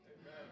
Amen